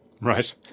right